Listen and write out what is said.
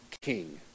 king